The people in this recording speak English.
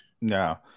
No